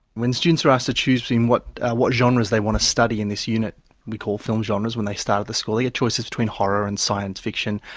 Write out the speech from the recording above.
when students were asked to choose what what genres they want to study in this unit we call film genres when they start at the school, the choice is between horror and science fiction,